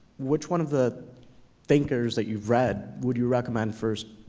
which one of the thinkers that you've read would you recommend first,